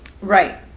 Right